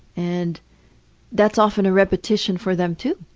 and that's often a repetition for them too.